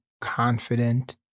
confident